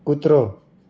કૂતરો